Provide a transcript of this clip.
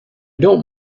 don’t